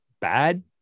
bad